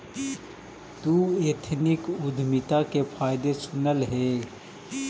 तु एथनिक उद्यमिता के फायदे सुनले हे?